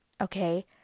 okay